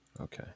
Okay